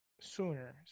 sooner